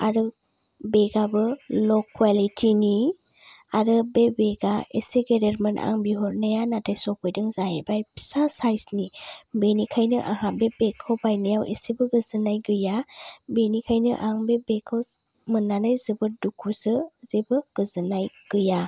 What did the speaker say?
आरो बेगाबो ल' कवालिटि नि आरो बे बेगा एसे गेदेरमोन आं बिहरनाया नाथाय सफैदों जाहैबाय फिसा साइसनि बेनिखायनो आंहा बे बेगखौ बायनायाव एसेबो गोजोननाय गैया बेनिखायनो आं बे बेगखौ मोननानै जोबोद दुखुसो जेबो गोजोननाय गैया